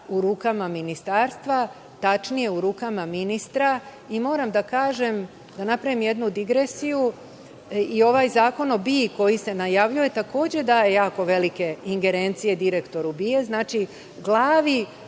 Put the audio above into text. u rukama ministarstva, tačnije u rukama ministra i moram da napravim jednu digresiju. Ovaj Zakon o BIA koji se najavljuje takođe daje jako velike ingerencije direktoru BIA. Znači, glavi